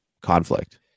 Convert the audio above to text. conflict